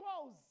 close